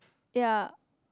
yea